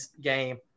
game